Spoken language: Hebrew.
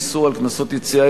איסור על קנסות יציאה),